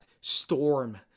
storm